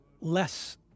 less